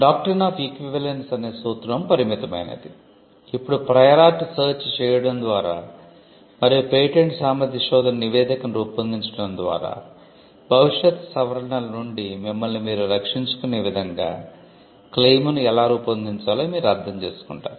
doctrine of equivalence search చేయడం ద్వారా మరియు పేటెంట్ సామర్థ్య శోధన నివేదికను రూపొందించడం ద్వారా భవిష్యత్ సవరణల నుండి మిమ్మల్ని మీరు రక్షించుకునే విధంగా క్లెయిమ్ ను ఎలా రూపొందించాలో మీరు అర్థం చేసుకుంటారు